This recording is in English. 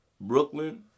Brooklyn